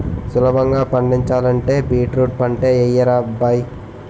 సులభంగా పండించాలంటే బీట్రూట్ పంటే యెయ్యరా అబ్బాయ్